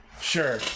Sure